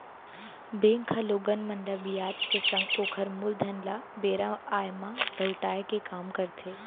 bank ह लोगन मन ल बियाज के संग ओकर मूलधन ल बेरा आय म लहुटाय के काम करथे